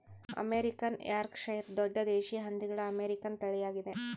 American Yorkshire ದೊಡ್ಡ ದೇಶೀಯ ಹಂದಿಗಳ ಅಮೇರಿಕನ್ ತಳಿಯಾಗಿದೆ